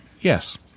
Yes